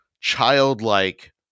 childlike